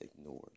ignored